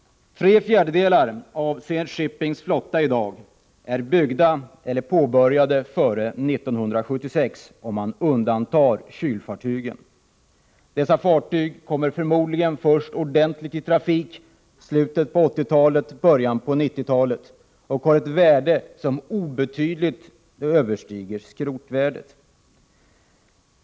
Tre fjärdedelar av Zenit Shippings flotta i dag är byggd eller påbörjad före 1976, om man undantar kylfartygen. Dessa fartyg kommer förmodligen ordentligt i trafik först i slutet av 1980 eller i början av 1990-talet och har ett värde som obetydligt överstiger skrotvärdet.